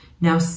Now